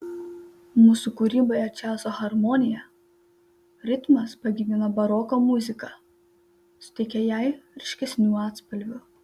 mūsų kūryboje džiazo harmonija ritmas pagyvina baroko muziką suteikia jai ryškesnių atspalvių